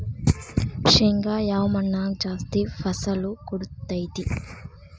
ಶೇಂಗಾ ಯಾವ ಮಣ್ಣಾಗ ಜಾಸ್ತಿ ಫಸಲು ಕೊಡುತೈತಿ?